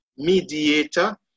mediator